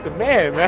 man.